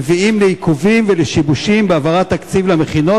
מביא לעיכובים ולשיבושים בהעברת תקציב למכינות,